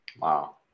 Wow